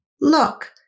look